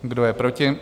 Kdo je proti?